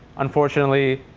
unfortunately,